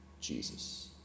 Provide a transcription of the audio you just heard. Jesus